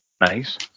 Nice